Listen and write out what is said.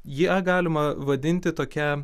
ją galima vadinti tokia